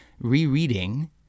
rereading